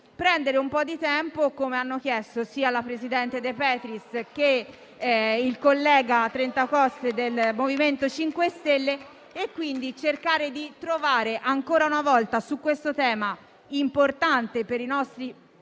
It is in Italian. prendere un po' di tempo *(Commenti)*, come hanno chiesto sia la presidente De Petris sia il collega Trentacoste del MoVimento 5 Stelle, cercando di trovare ancora una volta su questo tema importante per i nostri